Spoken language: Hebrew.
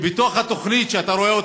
שבתוך התוכנית שאתה רואה,